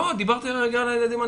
לא, דיברתי על עניין הילדים האלרגיים.